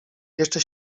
jeszcze